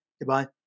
Goodbye